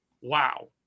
wow